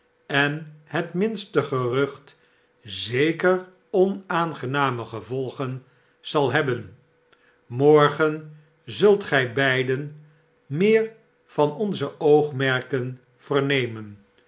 en het minste gerucht zeker onaangename gevolgen zal hebben morgen zult gij beiden meer van onze oogmerken verhemen